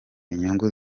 inyungu